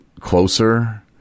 closer